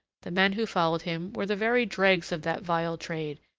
the men who followed him were the very dregs of that vile trade,